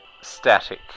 static